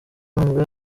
numva